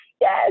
yes